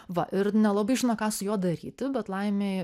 va ir nelabai žino ką su juo daryti bet laimei